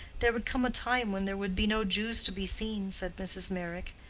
there would come a time when there would be no jews to be seen, said mrs. meyrick,